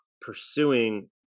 pursuing